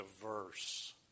diverse